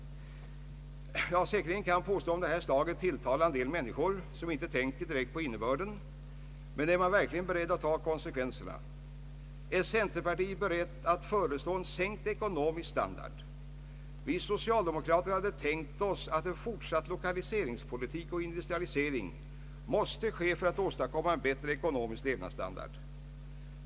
Säkerligen kan påståenden av detta slag tilltala en del människor som inte tänker direkt på innebörden. Men är man beredd att ta konsekvenserna? är centerpartiet berett att föreslå en sänkt ekonomisk standard? Vi socialdemokrater hade tänkt oss att en fortsatt lokaliseringspolitik och industrialisering måste ske för att åstadkomma en bättre ekonomisk levnadsstandard.